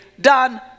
done